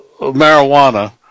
marijuana